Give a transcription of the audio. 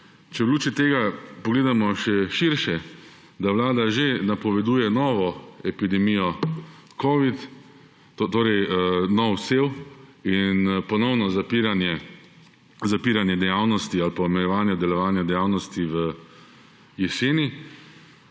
če v luči tega pogledamo še širše, da Vlada že napoveduje novo epidemijo covida, torej nov sev in ponovno zapiranje dejavnosti ali pa omejevanje delovanja dejavnosti v jeseni,